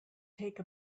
take